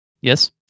Yes